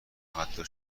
حتی